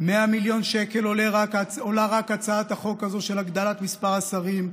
100 מיליון שקל עולה רק הצעת החוק הזו של הגדלת מספר השרים.